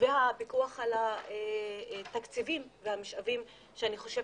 הפיקוח על התקציבים והמשאבים ואני חושבת